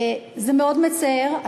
זה מאוד מצער,